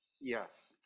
Yes